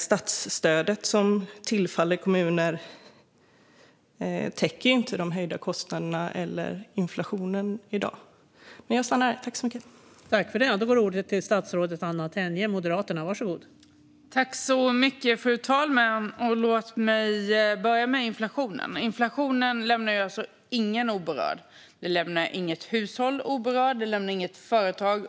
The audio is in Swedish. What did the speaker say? Statsstödet som tillfaller kommuner täcker inte de höjda kostnaderna eller inflationen i dag.